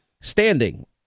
standing